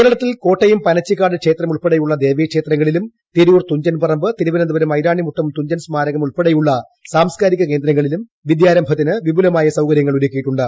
കേരളത്തിൽ കോട്ടയം പനച്ചിക്കാട് ക്ഷേത്രം ഉൾപ്പെടെയുളള ദേവീ ക്ഷേത്രങ്ങളിലും തിരൂർ തുഞ്ചൻ പറമ്പ് തിരുവനന്തപുരം ഐരാണിമുട്ടം തുഞ്ചൻ സ്മാരകം ഉൾപ്പെടെയുള്ള സാംസ്കാരിക കേന്ദ്രങ്ങളിലും വിദ്യാരംഭത്തിന് വിപുലമായ സൌകര്യങ്ങൾ ഒരുക്കിയിട്ടുണ്ട്